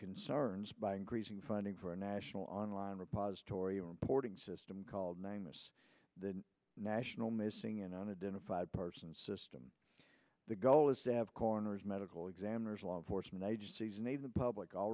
concerns by increasing funding for a national online repository reporting system called nine miss the national missing in a den of five parts and system the goal is to have corners medical examiners law enforcement agencies need the public all